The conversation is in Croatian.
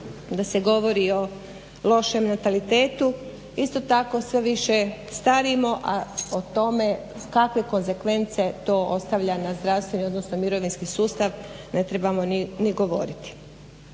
da se govori o lošem natalitetu. Isto tako sve više starimo a o tome kakve konzekvence to ostavlja na zdravstveni odnosno mirovinski sustav ne trebamo ni govoriti.